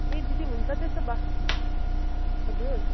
ए दिदी हुन्छ त्यसो भए हजुर